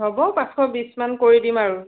হ'ব পাঁচশ বিশ মান কৰি দিম আৰু